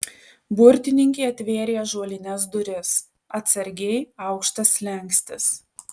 burtininkė atvėrė ąžuolines duris atsargiai aukštas slenkstis